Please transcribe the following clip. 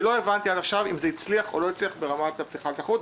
לא הבנתי עד עכשיו אם זה הצליח או לא הצליח ברמת הפתיחה לתחרות.